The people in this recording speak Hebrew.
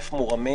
"כופף מורמים